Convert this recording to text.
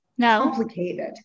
complicated